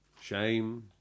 shame